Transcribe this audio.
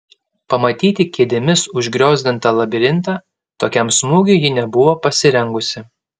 pamatyti kėdėmis užgriozdintą labirintą tokiam smūgiui ji nebuvo pasirengusi